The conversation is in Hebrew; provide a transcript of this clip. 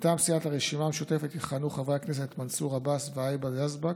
מטעם סיעת הרשימה המשותפת יכהנו חברי הכנסת מנסור עבאס והיבה יזבק,